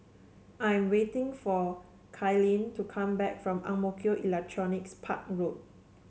I am waiting for Kailyn to come back from Ang Mo Kio Electronics Park Road